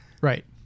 Right